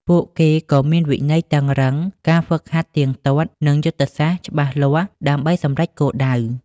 ពួកគេក៏មានវិន័យតឹងរ៉ឹង ការហ្វឹកហាត់ទៀងទាត់ និងយុទ្ធសាស្ត្រច្បាស់លាស់ដើម្បីសម្រេចគោលដៅ។